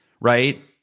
right